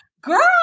girl